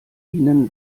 ihnen